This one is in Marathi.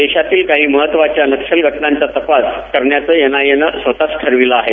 देशातील काही महत्वाच्या नक्षल घटनांचा तपास करण्याचं एनआयएनं स्वतच ठरविलं आहे